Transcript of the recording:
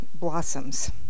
blossoms